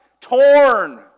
Torn